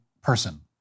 person